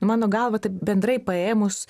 nu mano galva tai bendrai paėmus